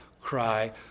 cry